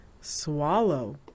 swallow